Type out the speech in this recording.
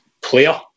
player